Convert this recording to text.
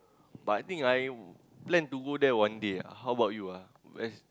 but I think I plan to go there one day ah how bout you ah where's